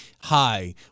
Hi